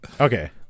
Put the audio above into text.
Okay